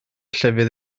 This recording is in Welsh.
llefydd